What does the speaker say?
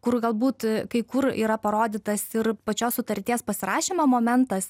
kur galbūt kai kur yra parodytas ir pačios sutarties pasirašymo momentas